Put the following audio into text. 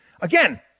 Again